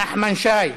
נחמן שי,